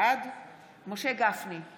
בעד משה גפני,